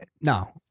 no